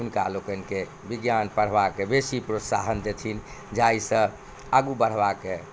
हुनका लोकनिके विज्ञान पढ़बाके बेसी प्रोत्साहन देथिन जाहिसँ आगू बढ़बाके